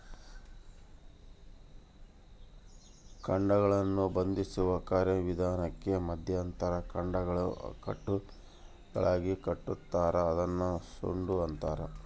ಕಾಂಡಗಳನ್ನು ಬಂಧಿಸುವ ಕಾರ್ಯವಿಧಾನಕ್ಕೆ ಮೆದೆ ಅಂತಾರ ಕಾಂಡಗಳನ್ನು ಕಟ್ಟುಗಳಾಗಿಕಟ್ಟುತಾರ ಅದನ್ನ ಸೂಡು ಅಂತಾರ